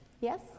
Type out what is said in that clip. Yes